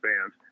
fans